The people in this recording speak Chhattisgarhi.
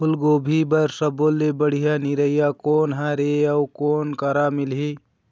फूलगोभी बर सब्बो ले बढ़िया निरैया कोन हर ये अउ कोन करा मिलही?